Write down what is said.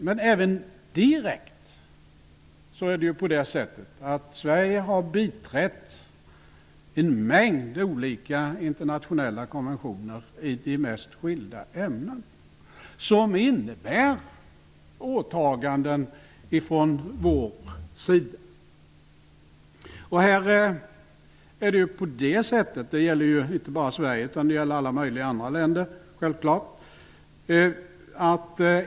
Men även direkt är det ju på det sättet att Sverige har biträtt en mängd internationella konventioner i de mest skilda ämnen som innebär åtaganden från vår sida. Det här gäller inte bara Sverige, utan det gäller alla möjliga andra länder också, självklart.